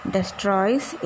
Destroys